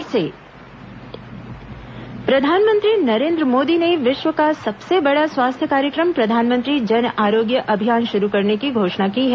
स्वतंत्रता दिवस प्रधानमंत्री प्रधानमंत्री नरेन्द्र मोदी ने विश्व का सबसे बड़ा स्वास्थ्य कार्यक्रम प्रधानमंत्री जन आरोग्य अभियान शुरू करने की घोषणा की है